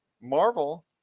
Marvel